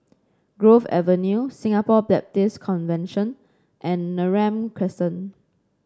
Grove Avenue Singapore Baptist Convention and Neram Crescent